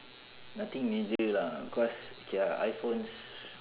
nothing major lah cause K ah iphones